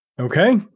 Okay